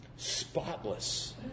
spotless